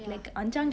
ya